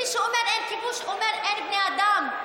מי שאומר: אין כיבוש, אומר: אין בני אדם.